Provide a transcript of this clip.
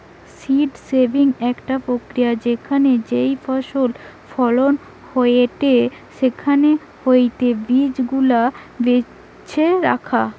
seed saving একটা প্রক্রিয়া যেখানে যেই ফসল ফলন হয়েটে সেখান হইতে বীজ গুলা বেছে রাখা